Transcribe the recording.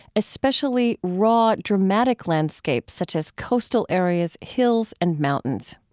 especially raw, dramatic landscapes such as coastal areas, hills, and mountains.